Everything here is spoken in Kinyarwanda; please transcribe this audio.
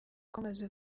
twamaze